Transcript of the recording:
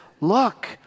look